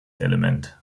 element